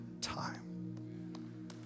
time